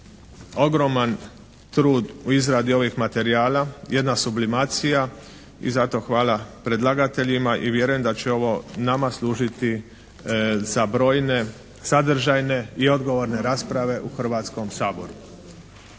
ogroman trud u izradi ovih materijala jedna sublimacija i zato hvala predlagateljima i vjerujem da će ovo nama služiti za brojne sadržajne i odgovorne rasprave u Hrvatskom saboru.